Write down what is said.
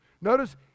Notice